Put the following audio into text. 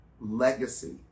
legacy